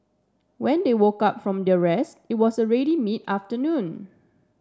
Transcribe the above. when they woke up from their rest it was already mid afternoon